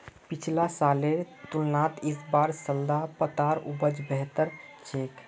पिछला सालेर तुलनात इस बार सलाद पत्तार उपज बेहतर छेक